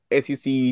SEC